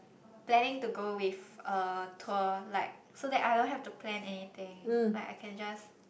planning to go with a tour like so that I don't have to plan anything like I can just